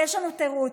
יש לנו תירוץ: